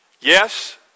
Yes